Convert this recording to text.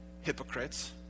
hypocrites